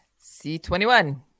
C21